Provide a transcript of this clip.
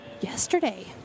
yesterday